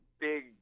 big